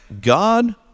God